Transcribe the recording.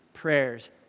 Prayers